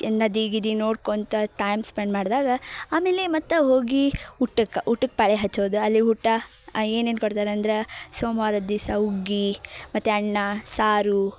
ನದಿ ಗಿದಿ ನೋಡ್ಕೊತ ಟೈಮ್ ಸ್ಪೆಂಡ್ ಮಾಡಿದಾಗ ಆಮೇಲೆ ಮತ್ತೆ ಹೋಗಿ ಊಟಕ್ಕೆ ಊಟಕ್ಕೆ ಪಾಳೆ ಹಚ್ಚೋದು ಅಲ್ಲಿ ಊಟ ಏನೇನು ಕೊಡ್ತಾರಂದ್ರೆ ಸೋಮ್ವಾರದ ದಿವಸ ಹುಗ್ಗಿ ಮತ್ತು ಅನ್ನ ಸಾರು